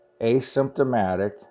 asymptomatic